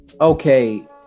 okay